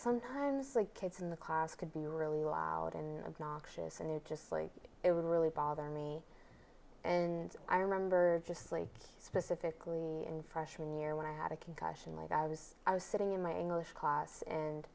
sometimes like kids in the class could be really loud and obnoxious and they're just like it would really bother me and i remember just like specifically in freshman year when i had a concussion like i was i was sitting in my english class and